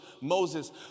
Moses